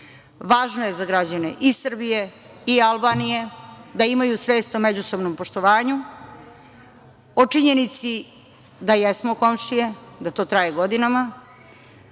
je za građane i Srbije i Albanije da imaju svest o međusobnom poštovanju, o činjenici da jesmo komšije, da to traje godinama,